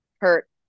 hurt